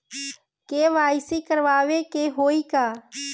KYC करावे के होई का?